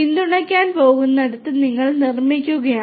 പിന്തുണയ്ക്കാൻ പോകുന്നിടത്ത് നിങ്ങൾ നിർമ്മിക്കുകയാണ്